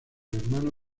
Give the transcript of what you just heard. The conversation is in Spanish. hermano